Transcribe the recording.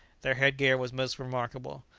their head-gear was most remarkable.